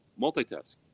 multitask